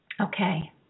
okay